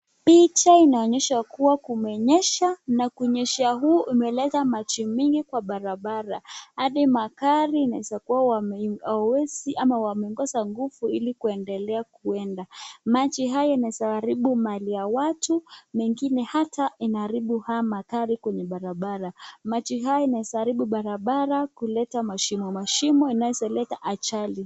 Picha inaonyesha kuwa kumenyesha na kunyesha huu imeleta maji mengi kwa barabara, hadi magari inaweza kuwa hawawezi ama wamekusa nguvu kuendelea kuenda. Maji haya inaweza haribu mali ya watu, mengine hata inaharibu haya magari kwenye barabara. Maji haya inaweza haribu barabara kuleta mashimo mashimo inazoleta ajali.